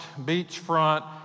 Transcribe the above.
beachfront